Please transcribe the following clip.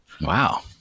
Wow